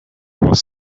was